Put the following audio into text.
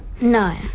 no